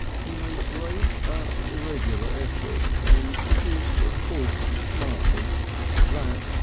he made great but irregular efforts and produced a forced smartness that, and